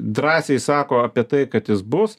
drąsiai sako apie tai kad jis bus